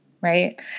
right